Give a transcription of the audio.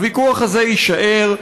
הוויכוח הזה יישאר,